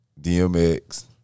DMX